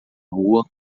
rua